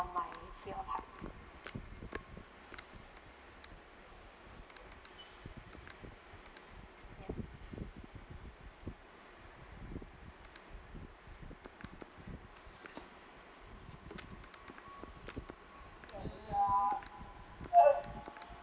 my fear of height